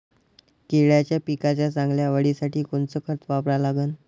केळाच्या पिकाच्या चांगल्या वाढीसाठी कोनचं खत वापरा लागन?